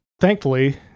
thankfully